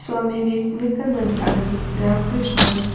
स्वामी विवेकानंद आनी रामकृष्ण